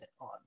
on